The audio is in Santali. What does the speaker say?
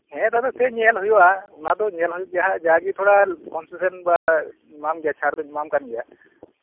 ᱦᱮᱸ ᱫᱟᱫᱟ ᱥᱮ ᱧᱮᱞ ᱦᱩᱭᱩᱜᱼᱟ ᱚᱱᱟ ᱫᱚ ᱧᱮᱞ ᱦᱩᱭᱩᱜ ᱜᱮᱭᱟ ᱡᱟ ᱜᱮ ᱛᱷᱚᱲᱟ ᱠᱚᱱᱥᱮᱥᱚᱱ ᱵᱟ ᱮᱢᱟᱢ ᱜᱮᱭᱟ ᱪᱷᱟᱹᱲ ᱫᱚᱹᱧ ᱮᱢᱟᱢ ᱠᱟᱱ ᱜᱮᱭᱟ